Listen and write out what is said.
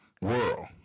world